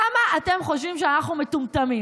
כמה אם חושבים שאנחנו מטומטמים?